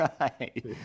Right